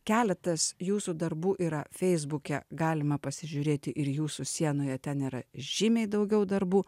keletas jūsų darbų yra feisbuke galima pasižiūrėti ir jūsų sienoje ten yra žymiai daugiau darbų